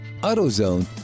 AutoZone